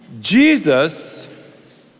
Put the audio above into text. Jesus